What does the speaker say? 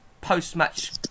post-match